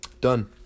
Done